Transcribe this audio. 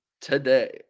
today –